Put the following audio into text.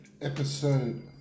episode